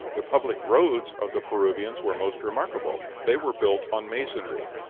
the public roads of the peruvians were most remarkable they were built on masonry.